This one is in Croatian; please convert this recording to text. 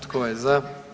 Tko je za?